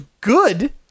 good